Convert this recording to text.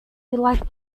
like